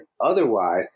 otherwise